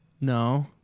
No